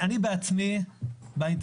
אני אגיד לכם יותר מזה: אני עצמי לא מעוניין